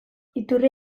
iturria